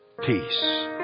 peace